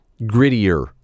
grittier